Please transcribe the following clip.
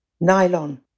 Nylon